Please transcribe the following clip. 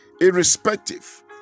Irrespective